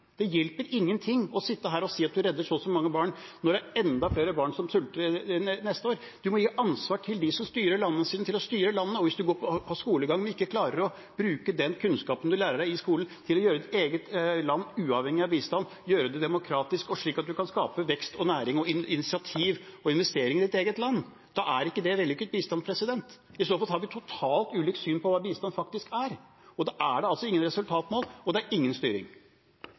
Det hjelper ingenting å sitte her og si at man redder så og så mange barn når det er enda flere barn som sulter neste år. Vi må gi ansvar til dem som styrer landene sine, til å styre landet. Hvis man får skolegang, men ikke klarer å bruke den kunnskapen man lærer i skolen, til å gjøre sitt eget land uavhengig av bistand, gjøre det demokratisk og slik at man kan skape vekst, næring og initiativ og investeringer i sitt eget land, da er ikke det vellykket bistand. I så fall har vi totalt ulikt syn på hva bistand faktisk er, og da er det altså ingen resultatmål, og det er ingen styring.